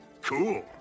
Cool